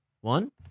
one